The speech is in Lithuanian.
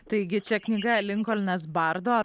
taigi čia knyga linkolnas bardo